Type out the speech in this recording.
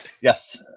yes